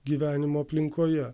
gyvenimo aplinkoje